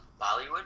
Bollywood